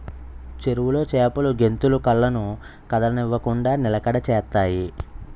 చెరువులో చేపలు గెంతులు కళ్ళను కదలనివ్వకుండ నిలకడ చేత్తాయి